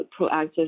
proactive